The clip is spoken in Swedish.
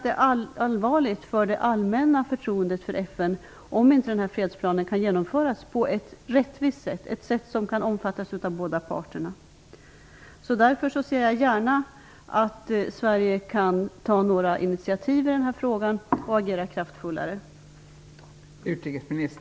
Det är allvarligt för det allmänna förtroendet för FN om inte fredsplanen kan genomföras på ett rättvist sätt, så att den kan omfattas av båda parterna. Därför ser jag gärna att Sverige tar initiativ i den här frågan och agerar mer kraftfullt.